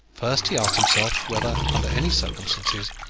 first he asked himself, whether, under any circumstances,